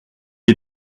est